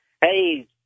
Hey